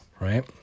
right